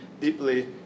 deeply